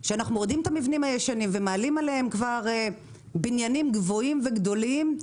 שאנחנו מורידים את המבנים הישנים ומעלים עליהם בנינים גבוהים וגדולים.